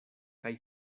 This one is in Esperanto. kaj